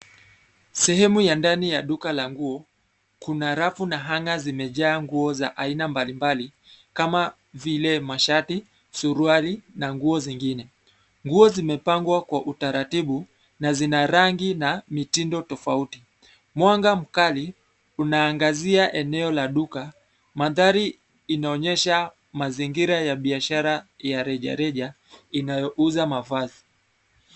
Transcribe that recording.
Sehemu ya ndani ya duka la nguo, kuna rafu na hanger zimejaa nguo za aina mbali mbali, kama vile mashati, suruali, na nguo zingine, nguo zimepangwa kwa utaratibu na zina rangi na mitindo tofauti, mwanga mkali unaangazia eneo la duka, mandhari inaonyesha mazingira ya biashara ya rejareja, inayouza mavazi.